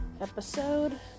episode